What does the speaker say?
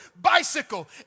bicycle